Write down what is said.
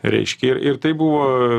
reiškia ir ir tai buvo